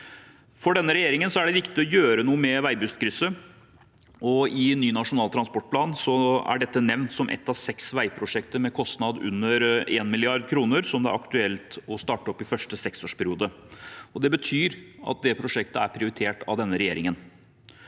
For denne regjeringen er det viktig å gjøre noe med Veibustkrysset. I ny Nasjonal transportplan er dette nevnt som et av seks veiprosjekter med kostnad under 1 mrd. kr som det er aktuelt å starte opp i første seksårsperiode. Det betyr at det prosjektet er prioritert av denne regjeringen.